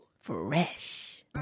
Fresh